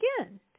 again